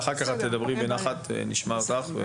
ואחר כך את תדברי בנחת ונשמע אותך.